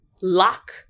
lock